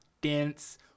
dense